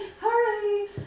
hurry